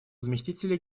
заместителя